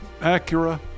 Acura